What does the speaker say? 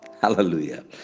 Hallelujah